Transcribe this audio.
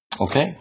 Okay